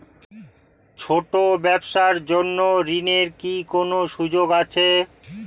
ছোট ব্যবসার জন্য ঋণ এর কি কোন সুযোগ আছে?